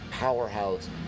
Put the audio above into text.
Powerhouse